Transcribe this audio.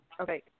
Okay